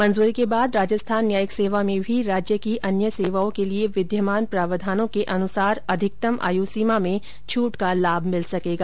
मंजूरी के बाद राजस्थान न्यायिक सेवा में भी राज्य की अन्य सेवाओं के लिए विद्यमान प्रावधानों के अनुरूप अधिकतम आयु सीमा में छूट का लाभ मिल सकेगा